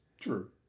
True